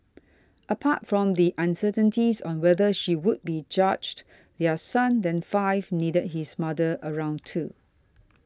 apart from the uncertainties on whether she would be charged their son then five needed his mother around too